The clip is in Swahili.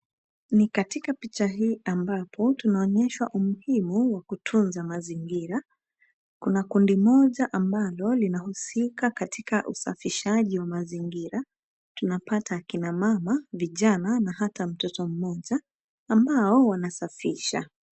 Ni katika picha hii ambapo tunaonyeshwa umuhimu wa kutunza mazingira. Kuna kundi moja ambalo linahusika katika usafishaji wa mazingira. Tunapata kina mama, vijana hata mtoto mmoja ambao wanasafisha.